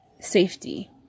safety